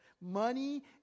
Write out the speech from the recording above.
money